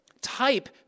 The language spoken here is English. Type